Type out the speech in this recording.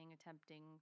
attempting